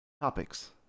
Topics